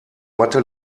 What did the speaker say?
mathe